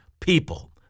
people